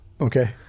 Okay